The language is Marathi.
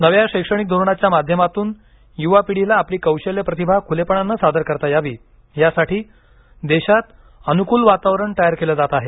नव्या शैक्षणिक धोरणाच्या माध्यमातून युवा पिढीला आपली कौशल्य प्रतिभा खुलेपणानं सादर करता यावी यासाठी देशात अनुकूल वातावरण तयार केलं जात आहे